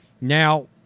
Now